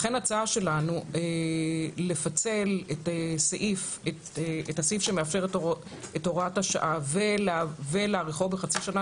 לכן ההצעה שלנו לפצל את הסעיף שמאפשר את הוראת השעה ולהאריכו בחצי שנה